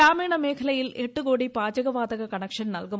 ഗ്രാമീണ മേഖലയിൽ എട്ട് കോടി പാചകവാതക കണക്ഷൻ നല്കും